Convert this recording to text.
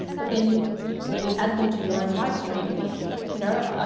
but then when you add them to your own live stream, like you know, i,